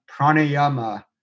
pranayama